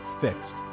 Fixed